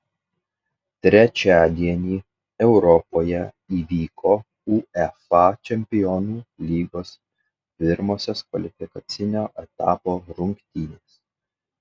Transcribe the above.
trečiadienį europoje įvyko uefa čempionų lygos pirmosios kvalifikacinio etapo rungtynės